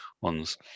ones